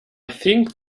think